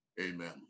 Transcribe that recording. Amen